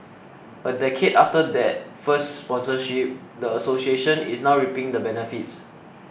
a decade after that first sponsorship the association is now reaping the benefits